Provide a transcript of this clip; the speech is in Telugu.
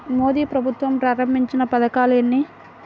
మోదీ ప్రభుత్వం ప్రారంభించిన పథకాలు ఎన్ని?